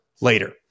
later